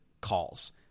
calls